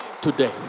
Today